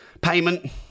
payment